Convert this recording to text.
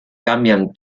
cambian